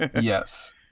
Yes